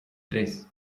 tres